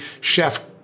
chef